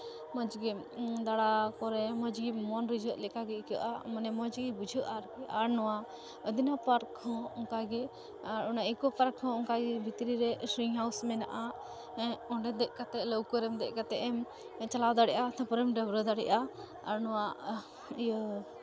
ᱢᱚᱡᱽ ᱜᱮ ᱫᱟᱬᱟ ᱯᱚᱨᱮ ᱢᱚᱡᱽ ᱜᱮ ᱢᱚᱱ ᱨᱤᱠᱷᱟᱹᱜ ᱞᱮᱠᱟᱜᱮ ᱟᱹᱭᱠᱟᱹᱜᱼᱟ ᱢᱟᱱᱮ ᱢᱚᱡᱽ ᱜᱮ ᱵᱩᱡᱷᱟᱹᱜᱼᱟ ᱟᱨ ᱱᱚᱣᱟ ᱟᱹᱫᱤᱱᱟ ᱯᱟᱨᱠ ᱦᱚᱸ ᱚᱱᱠᱟᱜᱮ ᱚᱱᱟ ᱤᱠᱚ ᱯᱟᱨᱠ ᱦᱚᱸ ᱚᱱᱠᱟᱜᱮ ᱵᱷᱤᱛᱨᱤ ᱨᱮ ᱥᱩᱭᱤᱝ ᱦᱟᱣᱩᱥ ᱢᱮᱱᱟᱜᱼᱟ ᱚᱸᱰᱮ ᱫᱮᱡ ᱠᱟᱛᱮᱫ ᱞᱟᱹᱣᱠᱟᱹ ᱨᱮ ᱫᱮᱡ ᱠᱟᱛᱮᱫ ᱮᱢ ᱪᱟᱞᱟᱣ ᱫᱟᱲᱮᱜᱼᱟ ᱛᱟᱨᱯᱚᱨᱮᱢ ᱰᱟᱹᱵᱽᱨᱟᱹ ᱫᱟᱲᱮᱜᱼᱟ ᱟᱨ ᱱᱚᱣᱟ ᱤᱭᱟᱹ